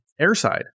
airside